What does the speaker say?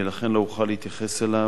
ולכן לא אוכל להתייחס אליו,